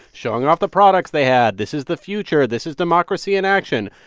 showing off the products they had. this is the future. this is democracy in action.